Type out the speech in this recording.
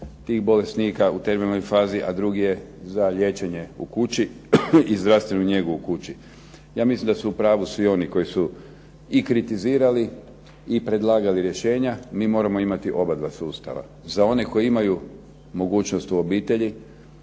tih bolesnika u terminalnoj fazi, a drugi je za liječenje u kući i zdravstvenu njegu u kući. Ja mislim da su u pravu svi oni koji su i kritizirali i predlagali rješenja, mi moramo imati oba dva sustava. Za one koji imaju mogućnost u obitelji